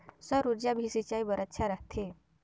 सौर ऊर्जा भी सिंचाई बर अच्छा रहथे?